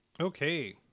Okay